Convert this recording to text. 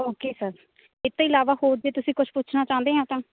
okay sir ਇਹ ਤੋਂ ਇਲਾਵਾ ਹੋਰ ਜੇ ਤੁਸੀਂ ਕੁਛ ਪੁੱਛਣਾ ਚਾਹੁੰਦੇ ਆ ਤਾਂ